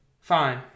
Fine